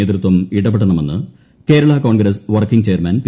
നേതൃത്വം ഇടപെടണമെന്ന് Kerala Congress working chairman P